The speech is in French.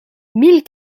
mille